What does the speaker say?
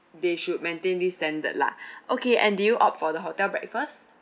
they should maintain this standard lah okay and do you opt for the hotel breakfast